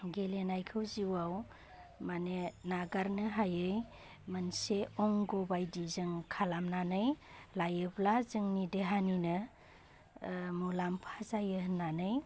गेलेनायखौ जिउआव मानि नागारनो हायि मोनसे अंगबायदि जों खालामनानै लायोब्ला जोंनि देहानिनो मुलाम्फा जायो होन्नानै